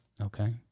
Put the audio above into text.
okay